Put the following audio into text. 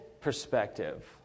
perspective